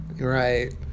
Right